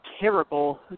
terrible